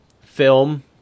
film